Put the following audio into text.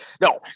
no